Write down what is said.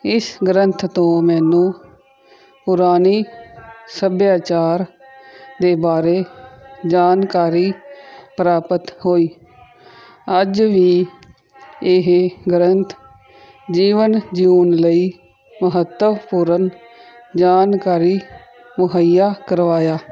ਇਸ ਗ੍ਰੰਥ ਤੋਂ ਮੈਨੂੰ ਪੁਰਾਣੇ ਸੱਭਿਆਚਾਰ ਦੇ ਬਾਰੇ ਜਾਣਕਾਰੀ ਪ੍ਰਾਪਤ ਹੋਈ ਅੱਜ ਵੀ ਇਹ ਗ੍ਰੰਥ ਜੀਵਨ ਜਿਉਣ ਲਈ ਮਹੱਤਵਪੂਰਣ ਜਾਣਕਾਰੀ ਮੁਹੱਈਆ ਕਰਵਾਇਆ